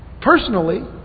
personally